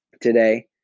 today